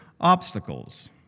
obstacles